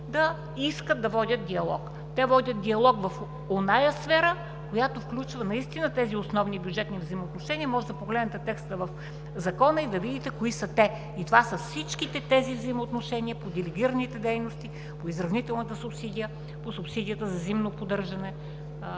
да искат да водят диалог. Те водят диалог в онази сфера, която включва тези основни бюджетни взаимоотношения. Може да погледнете текста в Закона и да видите кои са те. Това са всичките взаимоотношения по делегираните дейности, по изравнителната субсидия, по субсидията за зимно поддържане,